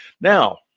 Now